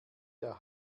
der